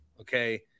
Okay